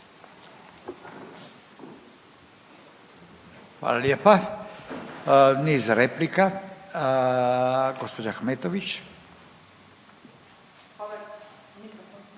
Hvala lijepa. Niz replika, gospođa Ahmetović.